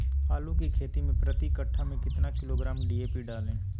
आलू की खेती मे प्रति कट्ठा में कितना किलोग्राम डी.ए.पी डाले?